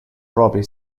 propria